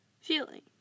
feeling